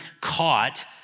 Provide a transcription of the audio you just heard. caught